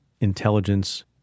intelligence